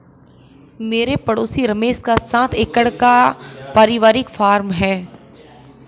मेरे पड़ोसी रमेश का सात एकड़ का परिवारिक फॉर्म है